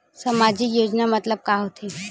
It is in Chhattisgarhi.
सामजिक योजना मतलब का होथे?